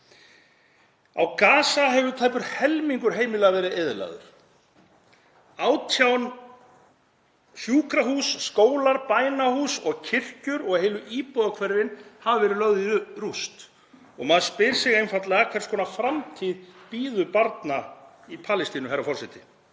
Á Gaza hefur tæpur helmingur heimila verið eyðilagður. 18 sjúkrahús, skólar, bænahús og kirkjur og heilu íbúðahverfin hafa verið lögð í rúst. Maður spyr einfaldlega: Hvers konar framtíð bíður barna í Palestínu, herra forseti?